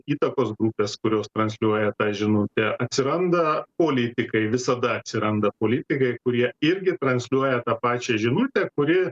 įtakos grupės kurios transliuoja tą žinutę atsiranda politikai visada atsiranda politikai kurie irgi transliuoja tą pačią žinutę kuri